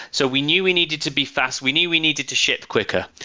so we knew we needed to be fast. we knew we needed to ship quicker,